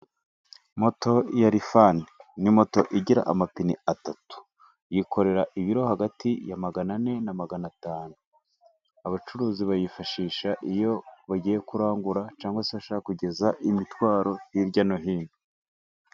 Moto ya rifani ni moto igira amapine atatu yikorera ibiro hagati ya magana ane na magana atanu, abacuruzi bayifashisha iyo bagiye kurangura cyangwa se kugeza imitwaro hirya no hino.